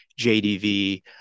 JDV